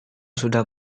sudah